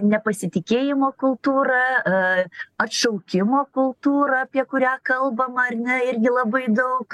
nepasitikėjimo kultūrą atšaukimo kultūrą apie kurią kalbama ar ne irgi labai daug